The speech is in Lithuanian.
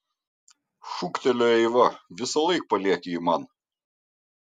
šūktelėjo eiva visąlaik palieki jį man